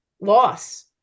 loss